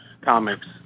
comics